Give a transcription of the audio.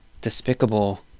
despicable